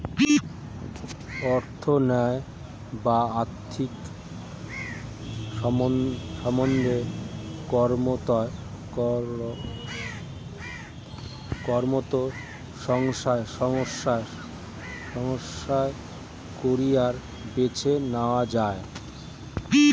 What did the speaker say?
অর্থায়ন বা আর্থিক সম্বন্ধে কর্মরত সংস্থায় কেরিয়ার বেছে নেওয়া যায়